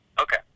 Okay